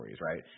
right